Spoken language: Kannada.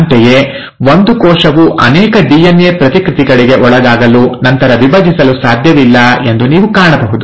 ಅಂತೆಯೇ ಒಂದು ಕೋಶವು ಅನೇಕ ಡಿಎನ್ಎ ಪ್ರತಿಕೃತಿಗಳಿಗೆ ಒಳಗಾಗಲು ನಂತರ ವಿಭಜಿಸಲು ಸಾಧ್ಯವಿಲ್ಲ ಎಂದು ನೀವು ಕಾಣಬಹುದು